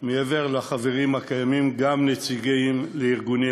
מעבר לחברים הקיימים גם נציגים של ארגוני